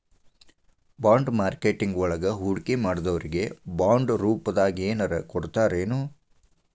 Bond marketing ವಳಗ ಹೂಡ್ಕಿಮಾಡ್ದೊರಿಗೆ ಬಾಂಡ್ರೂಪ್ದಾಗೆನರ ಕೊಡ್ತರೆನು?